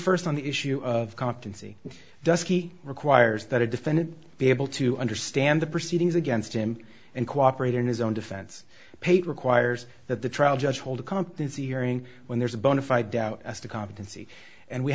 first on the issue of competency dusky requires that a defendant be able to understand the proceedings against him and cooperate in his own defense pate requires that the trial judge hold a competency hearing when there's a bona fide doubt as to competency and we